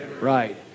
Right